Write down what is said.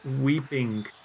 Weeping